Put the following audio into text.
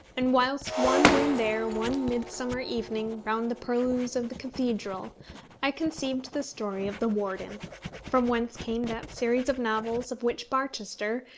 and whilst wandering there one midsummer evening round the purlieus of the cathedral i conceived the story of the warden from whence came that series of novels of which barchester,